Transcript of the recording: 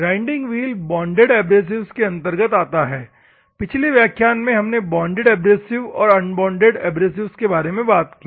grinding wheel bonded abrasives के अंतर्गत आता है पिछली व्याख्यान में हमने बांडेड एब्रसिव्स और अनबॉन्डेड एब्रसिव्स के बारे में बात की